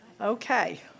Okay